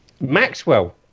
Maxwell